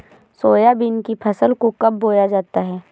Soybean की फसल को कब बोया जाता है?